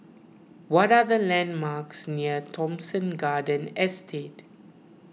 what are the landmarks near Thomson Garden Estate